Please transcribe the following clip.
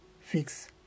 fix